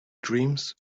dreams